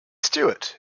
stewart